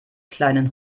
kleinen